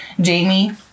Jamie